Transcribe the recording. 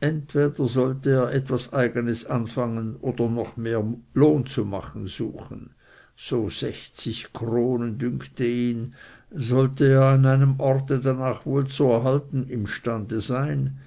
entweder sollte er etwas eigenes anfangen oder noch mehr lohn zu machen suchen so sechzig kronen dünkte ihn sollte er an einem orte darnach wohl zu erhalten imstande sein